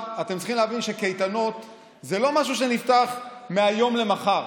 אתם צריכים להבין שקייטנות זה לא משהו שנפתח מהיום למחר.